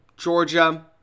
Georgia